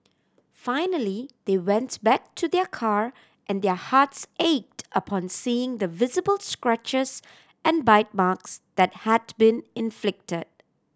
finally they went back to their car and their hearts ached upon seeing the visible scratches and bite marks that had been inflicted